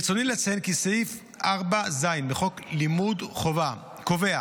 ברצוני לציין כי סעיף 4(ז) בחוק לימוד חובה קובע